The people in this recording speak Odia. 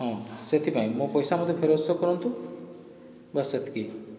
ହଁ ସେଥିପାଇଁ ମୋ ପଇସା ମୋତେ ଫେରସ୍ତ କରନ୍ତୁ ବାସ୍ ସେତକି